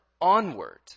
onward